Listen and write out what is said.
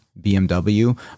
BMW